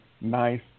nice